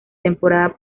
temporada